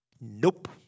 Nope